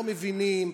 לא מבינים,